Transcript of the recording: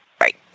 Right